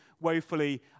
woefully